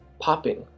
popping